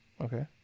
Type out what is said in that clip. Okay